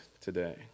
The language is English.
today